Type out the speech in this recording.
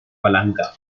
palanca